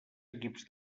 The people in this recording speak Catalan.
equips